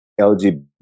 LGBT